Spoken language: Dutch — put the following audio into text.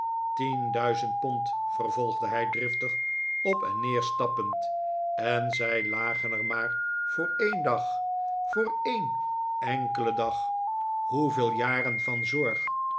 duizend pond vervolgde hij driftig op en neer stappend en zij lagen er maar voor een dag voor een enkelen dag hoeveel jaren van zorg